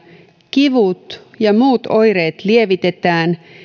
kivut ja muut oireet lievitetään